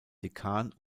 dekan